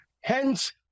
Hence